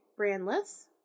brandless